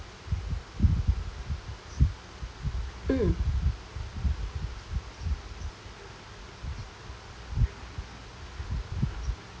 mm